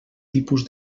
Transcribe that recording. tipus